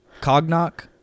Cognac